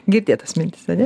girdėtos mintys a ne